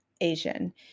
Asian